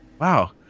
Wow